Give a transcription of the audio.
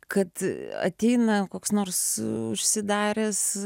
kad ateina koks nors užsidaręs